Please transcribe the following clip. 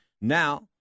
Now